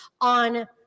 on